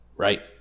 Right